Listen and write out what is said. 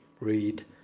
read